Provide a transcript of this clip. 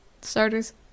starters